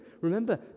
Remember